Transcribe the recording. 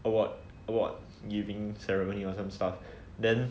award award giving ceremony or some stuff then